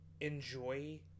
enjoy